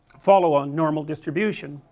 follow on normal distribution,